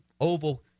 oval